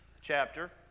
chapter